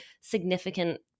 significant